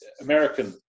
American